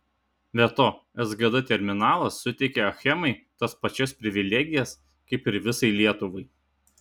be to sgd terminalas suteikia achemai tas pačias privilegijas kaip ir visai lietuvai